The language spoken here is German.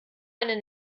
eine